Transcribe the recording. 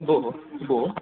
भोेः भो